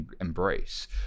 embrace